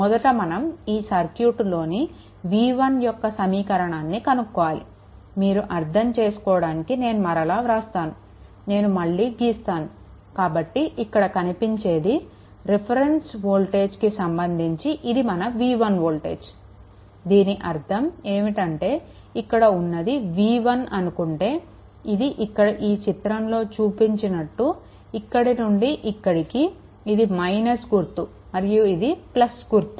మొదట మనం ఈ సర్క్యూట్లోని v1 యొక్క సమీకరణాన్ని కనుక్కోవాలి మీరు అర్ధం చేసుకోవడానికి నేను మరలా వ్రాస్తాను నేను మళ్ళీ గీస్తాను వాస్తవానికి ఇక్కడ కనిపించేది రిఫరెన్స్ వోల్టేజ్కి సంబంధించి ఇది మన v1 వోల్టేజ్ దీని అర్ధం ఏమిటంటే ఇక్కడ ఉన్నది v1 అనుకుంటే ఇది ఇక్కడ ఈ చిత్రంలో చూపినట్లు ఇక్కడికి నుంచి ఇక్కడికి ఇది - గుర్తు మరియు ఇది గుర్తు